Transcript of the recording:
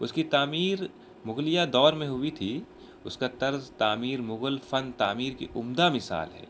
اس کی تعمیر مغلیہ دور میں ہوئی تھی اس کا طرز تعمیر مغل فن تعمیر کی عمدہ مثال ہے